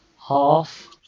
half